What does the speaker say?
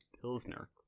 pilsner